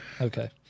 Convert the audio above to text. Okay